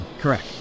Correct